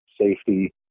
safety